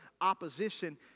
opposition